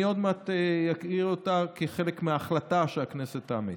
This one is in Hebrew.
אני עוד מעט אקריא אותה כחלק מההחלטה שהכנסת תאמץ.